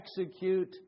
execute